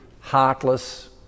heartless